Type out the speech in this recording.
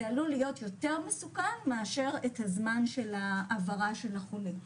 זה עלול להיות יותר מסוכן מאשר את הזמן ההעברה של החולה.